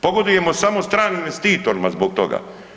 Pogodujemo samo stranim investitorima zbog toga.